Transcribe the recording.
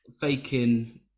faking